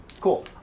Cool